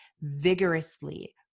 vigorously